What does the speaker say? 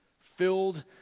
filled